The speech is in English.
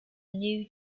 new